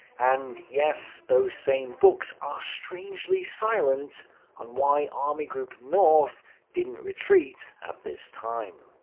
and yes, those same books are strangely silent on why army group north didn't retreat at this time.